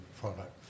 product